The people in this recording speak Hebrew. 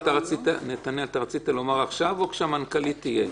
רצית לומר עכשיו או כשהמנכ"לית תהיה?